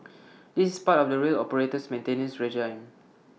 this part of the rail operator's maintenance regime